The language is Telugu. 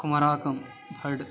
కుమరకోమ్ భడ్